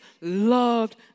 loved